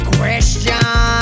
Question